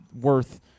worth